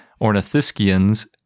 Ornithischians